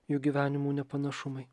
jų gyvenimų nepanašumai